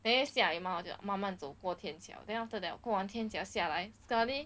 then you 下雨 mah 我就慢慢走过天桥 then after that 过完天桥就要下来 suddenly